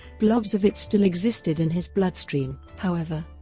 blobs of it still existed in his bloodstream, however,